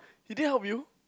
he didn't help you